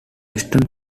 western